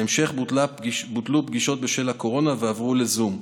בהמשך בוטלו פגישות בשל הקורונה ועברו לזום.